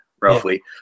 roughly